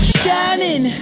shining